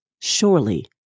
Surely